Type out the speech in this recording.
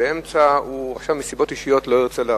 ובאמצע מסיבות אישיות הוא לא יוצא לעבוד,